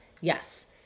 yes